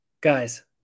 Guys